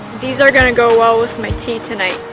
these are going to go well with my tea tonight!